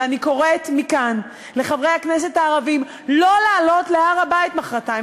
ואני קוראת מכאן לחברי הכנסת הערבים לא לעלות להר-הבית מחרתיים,